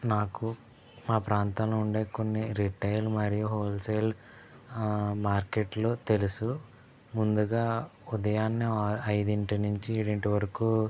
నాకు మా ప్రాంతంలో ఉండే కొన్ని రిటైల్ మరియు హోల్సేల్ మార్కెట్లు తెలుసు ముందుగా ఉదయాన్నే ఐదింటి నుంచి ఏడింటి వరకు